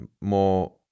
more